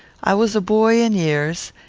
i was a boy in years,